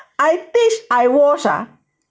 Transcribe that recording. I teach I wash ah